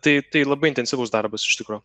tai tai labai intensyvus darbas iš tikro